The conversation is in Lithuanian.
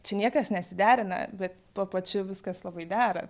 čia niekas nesiderina bet tuo pačiu viskas labai dera